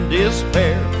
despair